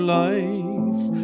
life